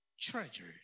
treasured